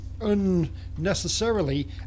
unnecessarily